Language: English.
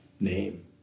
name